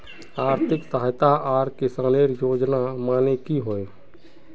आर्थिक सहायता आर किसानेर योजना माने की होय?